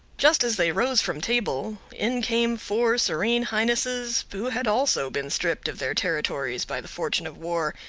just as they rose from table, in came four serene highnesses, who had also been stripped of their territories by the fortune of war,